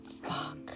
Fuck